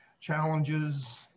challenges